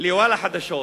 ליומן החדשות